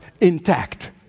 intact